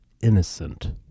innocent